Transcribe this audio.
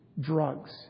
Drugs